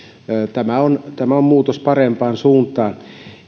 tämä on muutos parempaan suuntaan